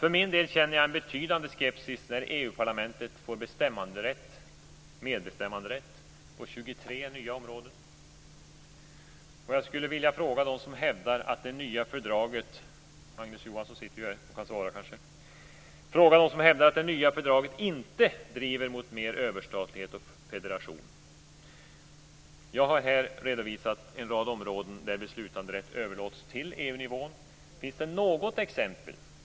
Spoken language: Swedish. För min del känner jag en betydande skepsis när Jag skulle vilja fråga de som hävdar att det nya fördraget - Magnus Johansson sitter här och kan kanske svara - inte driver mot mer överstatlighet och federation. Jag har här redovisat en rad områden där beslutanderätt överlåts till EU-nivå.